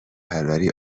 پروری